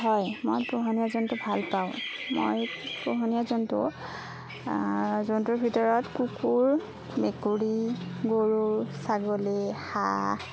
হয় মই পোহনীয়া জন্তু ভাল পাওঁ মই পোহনীয়া জন্তু জন্তুৰ ভিতৰত কুকুৰ মেকুৰী গৰু ছাগলী হাঁহ